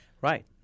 Right